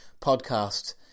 podcast